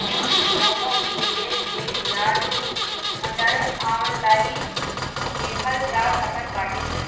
कवनो भी निवेश के बियाज दर ऑनलाइन देखल जा सकत बाटे